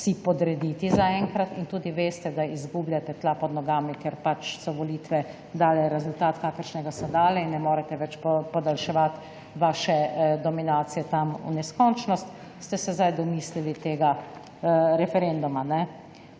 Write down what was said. podrediti za enkrat, in tudi veste, da izgubljate tla pod nogami, ker pač so volitve dale rezultat, kakršnega so dale, in ne morete več podaljševati vaše dominacije tam v neskončnost, ste se zdaj domislili tega referenduma.